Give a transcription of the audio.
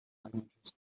languages